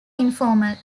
informal